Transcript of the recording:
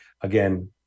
again